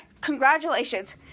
congratulations